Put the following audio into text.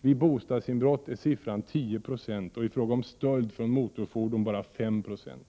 Vid bostadsinbrott är siffran 10 96 och i fråga om stöld från motorfordon bara 5 96.